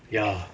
ya